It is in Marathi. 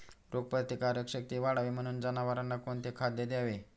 रोगप्रतिकारक शक्ती वाढावी म्हणून जनावरांना कोणते खाद्य द्यावे?